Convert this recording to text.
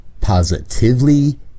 positively